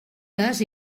les